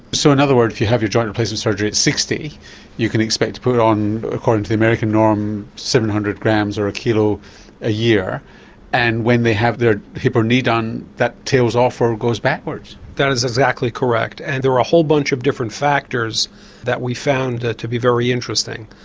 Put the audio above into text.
so in other words if you have your joint replacement surgery at sixty you can expect to put on according to the american norm seven hundred grams or a kilo a year and when they have their hip or knee done that tails off or it goes backwards? that's exactly correct and there are a whole bunch of different factors that we found to be very interesting,